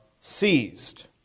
seized